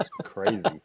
Crazy